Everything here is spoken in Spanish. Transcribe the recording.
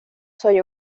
soy